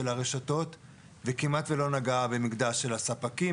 הרשתות וכמעט ולא נגע במקטע של הספקים,